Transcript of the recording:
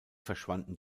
verschwanden